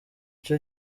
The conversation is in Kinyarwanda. cyo